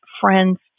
friends